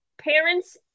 Parents